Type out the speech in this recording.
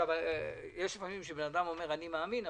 יש פעמים שאדם אומר אני מאמין,